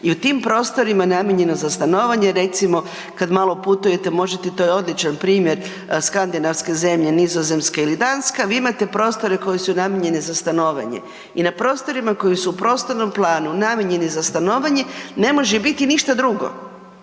i u tim prostorima namijenjeno za stanovanje, recimo, kad malo putujete, možete, to je odličan primjer skandinavske zemlje, Nizozemska ili Danka, vi imate prostore koji su namijenjeni za stanovanje. I na prostorima koji su u prostornom planu namijenjeni za stanovanje, ne može biti ništa drugo.